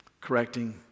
correcting